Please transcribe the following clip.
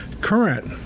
current